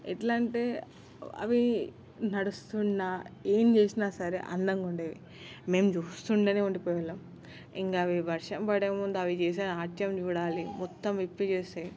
ఎట్లా అంటే అవి నడుస్తున్నా ఏం చేసినా సరే అందంగా ఉండేవి మేం చూస్తుండే ఉండిపోయేవాళ్ళము ఇంకా అవి వర్షం పడే ముందు అవి చేసే నాట్యం చూడాలి మొత్తం విప్పి చేస్తాయి